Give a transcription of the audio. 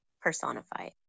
personified